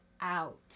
out